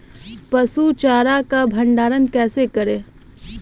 पसु चारा का भंडारण कैसे करें?